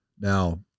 now